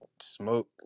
smoke